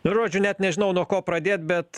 nu žodžiu net nežinau nuo ko pradėt bet